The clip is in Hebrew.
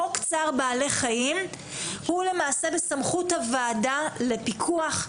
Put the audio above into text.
חוק צער בעלי חיים הוא בסמכות הוועדה לפיקוח,